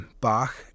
Bach